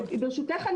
ברשותך,